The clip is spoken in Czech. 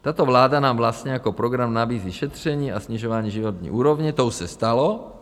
Tato vláda nám vlastně jako program nabízí šetření a snižování životní úrovně to už se stalo.